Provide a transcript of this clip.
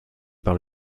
par